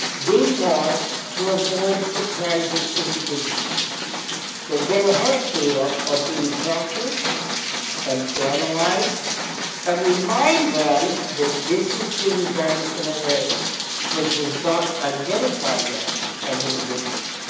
we want to avoid surprising individuals but their health data are being captured and analyzed and remind them that this is being done in a way which has not identified them as individuals.